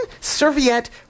Serviette